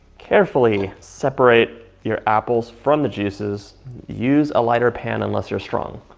carefully separate your apples from the juices use a lighter pan unless you're strong.